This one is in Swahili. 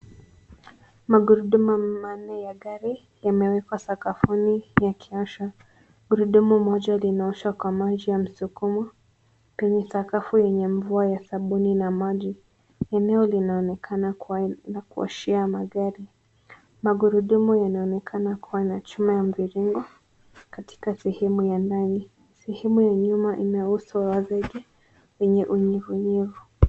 Magurudumu manne ya gari yamewekwa sakafuni yakioshwa. Gurudumu moja linaoshwa kwa maji ya msukumo penye sakafu yenye mvua ya sabuni na maji. Eneo linaonekana kuwa la kuoshea magari. Magurudumu yanaonekana kuwa wachambuliwa katika sehemu ya nyuma. Sehemu ya nyuma inahusu uwazi yenye unyevunyevu.